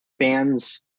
Fans